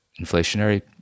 inflationary